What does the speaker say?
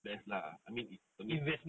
is best lah I mean is I mean